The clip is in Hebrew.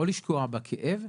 או לשקוע בכאב,